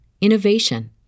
innovation